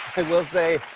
i will say,